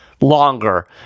longer